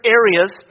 areas